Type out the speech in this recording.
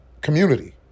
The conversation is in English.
community